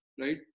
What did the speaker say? right